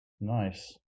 Nice